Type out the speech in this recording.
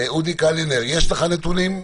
אודי קלינר, יש לך נתונים?